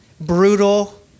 brutal